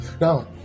Now